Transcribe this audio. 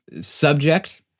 Subject